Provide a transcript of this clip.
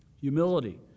Humility